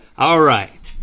all right,